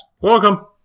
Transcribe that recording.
Welcome